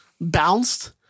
bounced